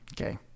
Okay